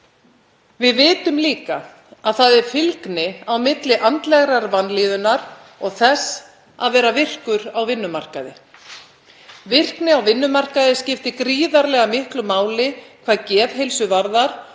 Við vitum líka að það er fylgni á milli andlegar vanlíðunar og þess að vera virkur á vinnumarkaði. Virkni á vinnumarkaði skiptir gríðarlega miklu máli hvað geðheilsu varðar